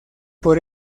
por